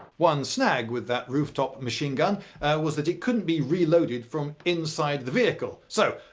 one snag with that rooftop machine gun was that it couldn't be reloaded from inside the vehicle. so,